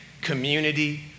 community